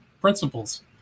principles